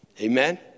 Amen